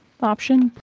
option